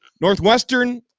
Northwestern